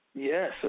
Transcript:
Yes